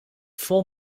vol